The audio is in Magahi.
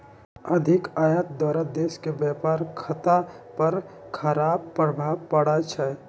अधिक आयात द्वारा देश के व्यापार खता पर खराप प्रभाव पड़इ छइ